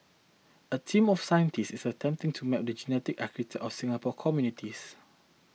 a team of scientists is attempting to map the genetic architecture of Singapore's communities